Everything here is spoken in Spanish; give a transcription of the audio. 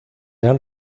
han